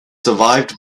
survived